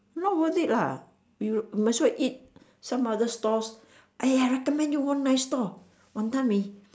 not worth it lah might as well you eat some other stalls !aiya! I recommend you one nice stall wanton-mee